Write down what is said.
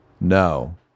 No